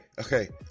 okay